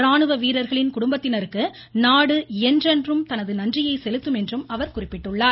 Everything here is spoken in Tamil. ராணுவ வீரர்களின் குடும்பத்தினருக்கு நாடு என்றென்றும் தனது நன்றியை செலுத்தும் என்றும் அவர் கூறியுள்ளார்